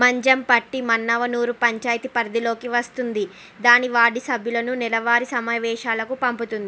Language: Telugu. మంజంపట్టి మన్నవనూర్ పంచాయితీ పరిధిలోకి వస్తుంది దాని వార్డు సభ్యులను నెలవారీ సమావేశాలకు పంపుతుం